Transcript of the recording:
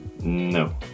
No